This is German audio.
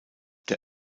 der